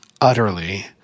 utterly